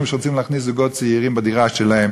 שרוצים להכניס זוגות צעירים בדירה שלהם,